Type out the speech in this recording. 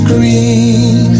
Green